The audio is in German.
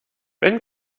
wenn